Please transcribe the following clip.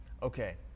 Okay